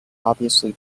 obviously